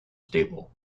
stable